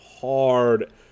hard